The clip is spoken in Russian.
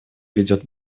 ведет